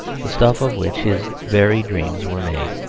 the stuff of which his very dreams were made.